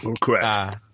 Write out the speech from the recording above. correct